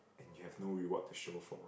and you have no reward to show for